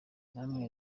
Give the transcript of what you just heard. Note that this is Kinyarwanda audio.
namwe